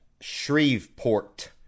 Shreveport